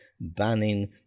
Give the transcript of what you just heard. banning